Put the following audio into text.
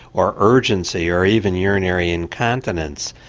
or urgency, or even urinary incontinence.